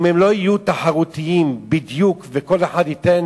אם הם לא יהיו תחרותיים בדיוק וכל אחד ייתן